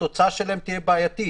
התוצאה שלהם תהיה בעייתית,